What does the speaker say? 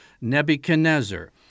Nebuchadnezzar